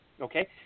Okay